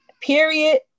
period